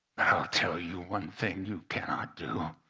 tell you one thing you cannot do.